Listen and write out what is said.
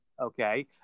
okay